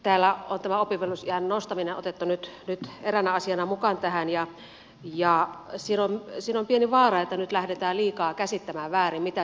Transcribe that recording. täällä on tämä oppivelvollisuusiän nostaminen otettu nyt eräänä asiana mukaan tähän ja siinä on pieni vaara että nyt lähdetään liikaa käsittämään väärin mitä se oikeasti tarkoittaa